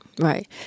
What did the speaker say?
Right